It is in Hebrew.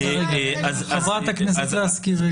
--- חברת הכנסת לסקי, בבקשה.